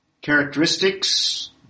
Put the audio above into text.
Characteristics